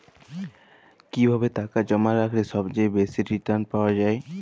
কিভাবে টাকা জমা রাখলে সবচেয়ে বেশি রির্টান পাওয়া য়ায়?